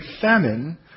famine